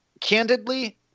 candidly